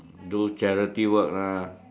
do charity work lah